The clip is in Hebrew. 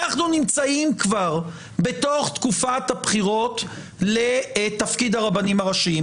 אנחנו נמצאים כבר בתוך תקופת הבחירות לתפקיד הרבנים הראשיים.